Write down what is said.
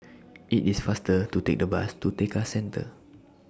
IT IS faster to Take The Bus to Tekka Centre